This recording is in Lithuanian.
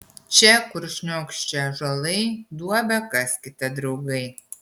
čia kur šniokščia ąžuolai duobę kaskite draugai